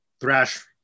thrash